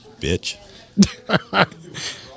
bitch